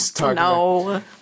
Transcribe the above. No